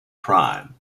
prime